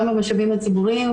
גם במשאבים הציבוריים,